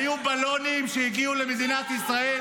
היו בלונים שהגיעו למדינת ישראל?